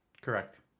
Correct